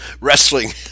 Wrestling